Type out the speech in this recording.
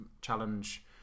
Challenge